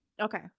Okay